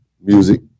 Music